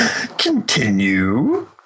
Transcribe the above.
Continue